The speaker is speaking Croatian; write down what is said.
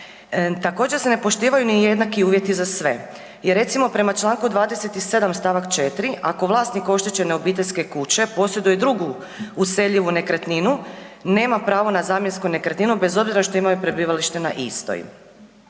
Također se ne poštivaju jednaki uvjeti za sve i recimo prema čl. 27. st. 4. ako vlasnik oštećene obiteljske kuće posjeduje drugu useljivu nekretninu nema pravo na zamjensku nekretninu bez obzira što imaju prebivalište na istoj.